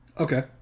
Okay